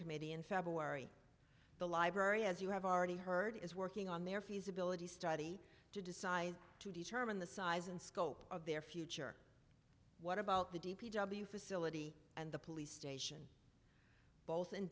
committee in february the library as you have already heard is working on their feasibility study to decide to determine the size and scope of their future what about the d p w facility and the police station both in